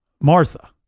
Martha